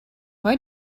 why